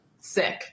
sick